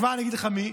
כבר אני אגיד לך מי.